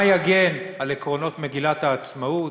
מה יגן על עקרונות מגילת העצמאות?